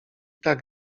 tak